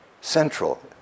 central